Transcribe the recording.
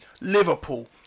Liverpool